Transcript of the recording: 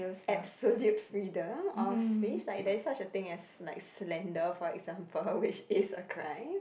absolute freedom or space like there isn't such a thing as like slander for example which is a crime